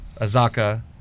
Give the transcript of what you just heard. azaka